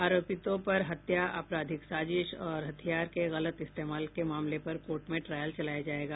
आरोपितों पर हत्या आपराधिक साजिश और हथियार के गलत इस्तेमाल के मामले पर कोर्ट में ट्रायल चलाया जायेगा